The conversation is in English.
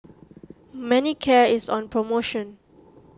Manicare is on promotion